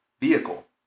vehicle